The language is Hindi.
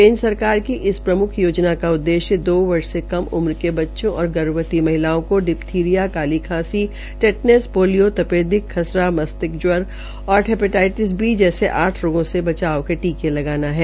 केन्द्र सरकार की इस प्रम्ख योजना का उद्देश्य दो वर्ष से कम उम्र के बच्चों और गर्भवती महिलाओं को डिपथीरिया काली खांसी टेटनस पोलियो तपेदिक खसरा मस्तिक ज्वर और हेपेटाईटस बी जैसे आठ रोगों से बचाव के टीके लगाना है